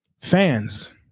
fans